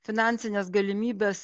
finansines galimybes